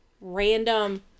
random